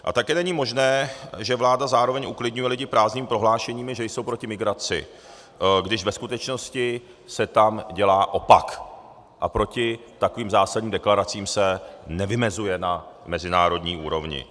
A také není možné, že vláda zároveň uklidňuje lidi prázdnými prohlášeními, že jsou proti migraci, když ve skutečnosti se tam dělá opak a proti takovým zásadním deklaracím se nevymezuje na mezinárodní úrovni.